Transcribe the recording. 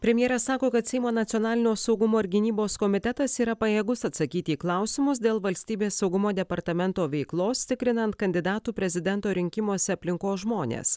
premjeras sako kad seimo nacionalinio saugumo ir gynybos komitetas yra pajėgus atsakyti į klausimus dėl valstybės saugumo departamento veiklos tikrinant kandidatų prezidento rinkimuose aplinkos žmones